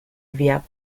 via